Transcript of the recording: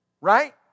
Right